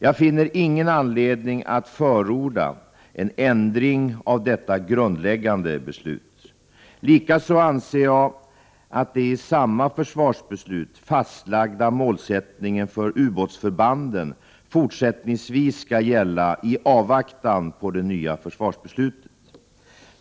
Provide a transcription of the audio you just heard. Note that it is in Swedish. Jag finner ingen anledning att förorda en ändring av detta grundläggande beslut. Likaså anser jag att den i samma försvarsbeslut fastlagda målsättningen för ubåtsförbanden fortsättningsvis skall gälla i avvaktan på det nya försvarsbeslutet.